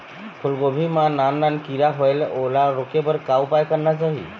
फूलगोभी मां नान नान किरा होयेल ओला रोके बर का उपाय करना चाही?